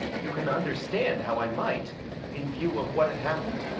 you can understand how i might in view of what had happened?